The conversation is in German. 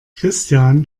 christian